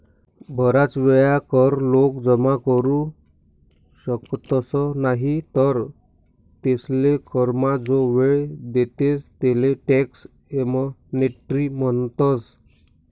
बराच वेळा कर लोक जमा करू शकतस नाही तर तेसले करमा जो वेळ देतस तेले टॅक्स एमनेस्टी म्हणतस